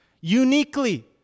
Uniquely